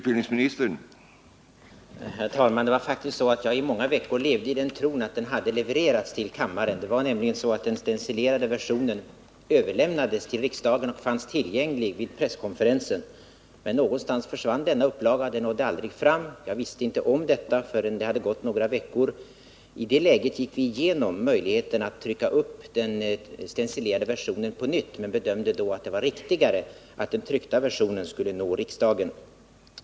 Herr talman! Det var faktiskt så att jag i många veckor levde i den tron att propositionen hade levererats till kammaren. Den stencilerade versionen överlämnades nämligen till riksdagen och fanns tillgänglig vid presskonferensen. Men någonstans försvann denna upplaga, och den nådde aldrig fram. Jag visste inte om detta förrän det hade gått några veckor. I det läget gick vi igenom möjligheten att trycka upp den stencilerade versionen på nytt, men vi bedömde då att det var riktigare att den tryckta versionen skulle nå riksdagen.